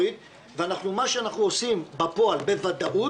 אבל מה שאנחנו עושים בפועל בוודאות